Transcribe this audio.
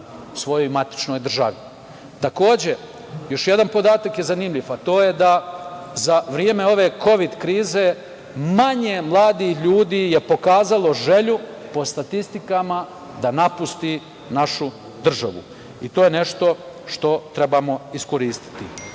svojoj matičnoj državi. Takođe, još jedna podatak je zanimljiv, a to je, da je za vreme ove kovid krize manje mladih ljudi je pokazalo želju, po statistikama, da napusti našu državu. To je nešto što trebamo iskoristiti. Zaista